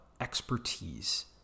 expertise